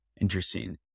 Interesting